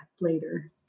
later